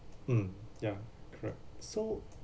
mm ya correct so